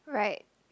right